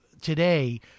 today